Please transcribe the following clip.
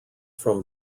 from